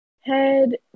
head